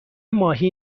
ماهی